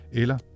eller